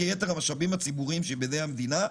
כיתר המשאבים הציבוריים שבידי המדינה,